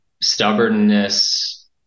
stubbornness